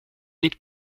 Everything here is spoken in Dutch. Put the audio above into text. niet